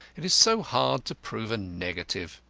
it is so hard to prove a negative.